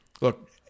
Look